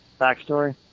backstory